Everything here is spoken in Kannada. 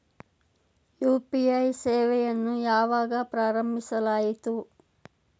ಯು.ಪಿ.ಐ ಸೇವೆಯನ್ನು ಯಾವಾಗ ಪ್ರಾರಂಭಿಸಲಾಯಿತು?